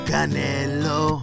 Canelo